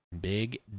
Big